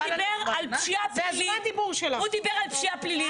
הוא דיבר על פשיעה פלילית.